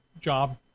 job